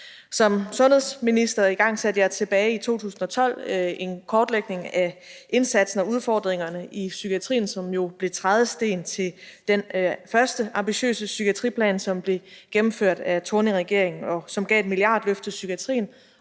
Som sundhedsminister igangsatte jeg tilbage i 2012 en kortlægning af indsatsen og udfordringerne i psykiatrien, som jo blev trædesten til den første ambitiøse psykiatriplan, som blev gennemført af Thorningregeringen, og som gav et milliardløft til psykiatrien